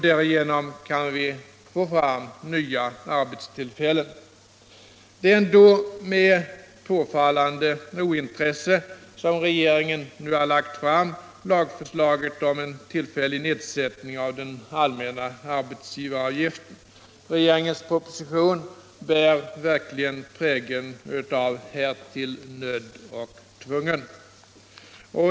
Därigenom kan vi få fram nya arbetstillfällen. Det är ändå med påfallande ointresse som regeringen nu lagt fram lagförslaget om en tillfällig nedsättning av den allmänna arbetsgivaravgiften. Regeringens proposition bär verkligen prägeln av ”härtill nödd och tvungen”.